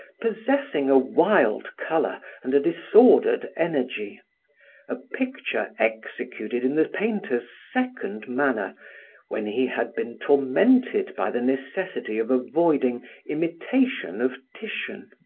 possessing a wild color and a disordered energy a picture executed in the painter's second manner when he had been tormented by the necessity of avoiding imitation of titian.